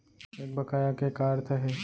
एक बकाया के का अर्थ हे?